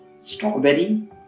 strawberry